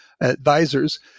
advisors